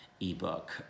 ebook